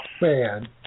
man